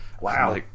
Wow